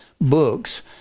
books